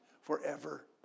forever